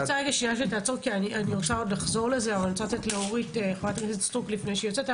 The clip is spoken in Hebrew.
אני רוצה לעצור אותך ולתת לחברת הכנסת סטרוק לפני שהיא יוצאת.